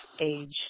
age